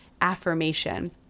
affirmation